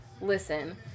Listen